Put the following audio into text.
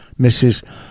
Mrs